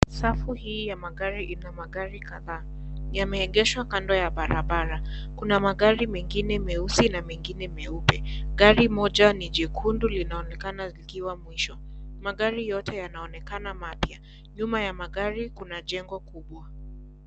Safu hii ya magari ina magari kadhaa, yameegeshwa kando ya barabara, kuna magari mengine meusi na mengine meupe, gari moja ni jekundu linaonekana likiwa mwisho, magari yote yanaonekana mapya, nyuma ya magari kuna jengo kubwa.